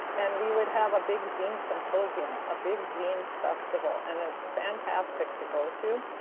and we would have a big zine symposium, a big zine festival and it's fantastic to go to,